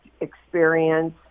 experience